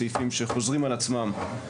הסעיפים שחוזרים על עצמם,